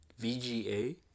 VGA